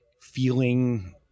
feeling